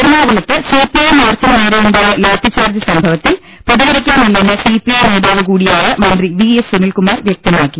എറണാകുളത്ത് സിപിഐ മാർച്ചിന് നേരെയുണ്ടായ ലാത്തിചാർജ് സംഭവത്തിൽ പ്രതികരിക്കാനില്ലെന്ന് സിപിഐ നേതാവു കൂടിയായ മന്ത്രി വി എസ് സുനിൽ കുമാർ വ്യക്തമാ ക്കി